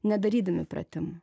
nedarydami pratimų